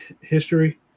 history